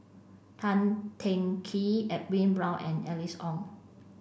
Tan Teng Kee Edwin Brown and Alice Ong